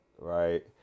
right